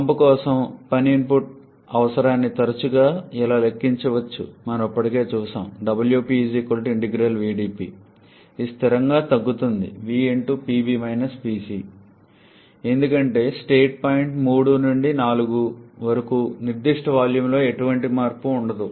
pump కోసం పని input అవసరాన్ని తరచుగా ఇలా లెక్కించవచ్చని మనము ఇప్పటికే చూశాము ఇది స్థిరంగా తగ్గుతుంది ఎందుకంటే స్టేట్ పాయింట్ 3 నుండి 4 వరకు నిర్దిష్ట వాల్యూమ్లో ఎటువంటి మార్పు ఉండదు